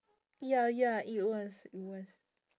ya ya it was it was